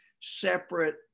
separate